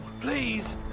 Please